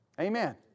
Amen